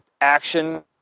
action